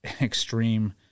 extreme